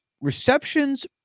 receptions